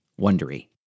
wondery